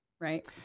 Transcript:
right